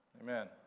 Amen